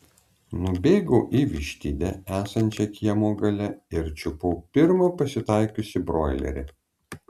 nubėgau į vištidę esančią kiemo gale ir čiupau pirmą pasitaikiusį broilerį